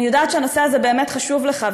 אני יודעת שהנושא הזה באמת חשוב לך,